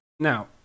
now